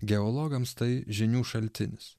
geologams tai žinių šaltinis